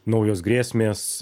naujos grėsmės